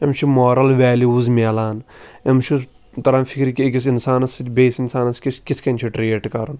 أمِس چھِ مارَل ویلیوٗز مِلان أمِس چھُس تَران فِکرِ کہِ أکِس اِنسانَس سۭتۍ بیٚیِس اِنسانس کُس کِتھ کَنۍ چھُ ٹرٛیٖٹ کَرُن